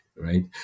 right